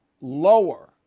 lower